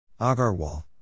Agarwal